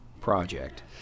project